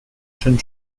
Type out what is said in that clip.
jeune